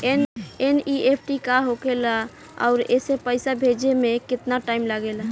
NEFT का होखे ला आउर एसे पैसा भेजे मे केतना टाइम लागेला?